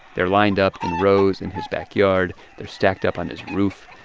they're lined up in rows in his backyard. they're stacked up on his roof.